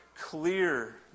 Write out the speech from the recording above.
clear